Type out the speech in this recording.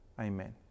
Amen